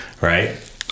right